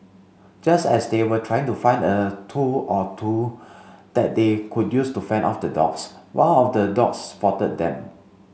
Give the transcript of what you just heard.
just as they were trying to find a tool or two that they could use to fend off the dogs one of the dogs spotted them